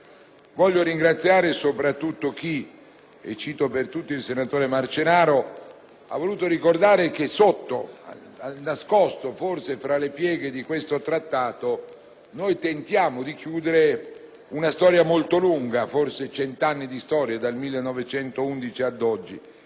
Voglio ringraziare soprattutto chi - e cito per tutti il senatore Marcenaro - ha voluto ricordare che, nascosto tra le pieghe di questo Trattato, c'è il tentativo di chiudere una storia molto lunga, quasi cent'anni di storia, dal 1911 ad oggi,